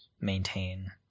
maintain